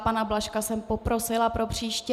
Pana Blažka jsem poprosila propříště.